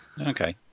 Okay